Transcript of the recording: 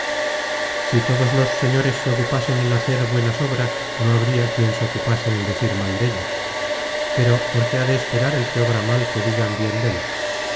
si todos los señores se ocupasen en hacer buenas obras no habria quien se ocupase en decir mal dellos pero por qué ha de esperar el que obra mal que digan bien dél